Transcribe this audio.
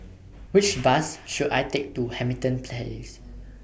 Which Bus should I Take to Hamilton Place